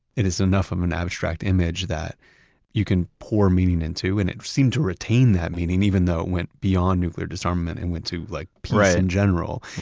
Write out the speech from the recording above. it is enough of an abstract image that you can pour meaning into and it seemed to retain that meaning even though it went beyond nuclear disarmament and went to like peace in general.